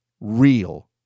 real